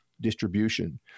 distribution